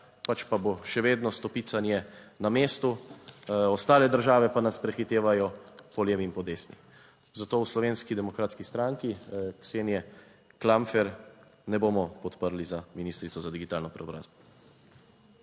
pač pa bo še vedno stopicanje na mestu. Ostale države pa nas prehitevajo po levi in po desni. Zato v Slovenski demokratski stranki Ksenije Klampfer ne bomo podprli za ministrico za digitalno preobrazbo.